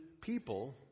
people